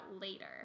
later